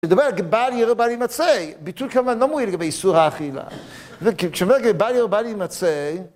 לדבר על בל יראה ובל ימצא, ביטול כמובן לא מועיל לגבי איסור האכילה, כשאומר בל יראה ובל ימצא